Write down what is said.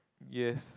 yes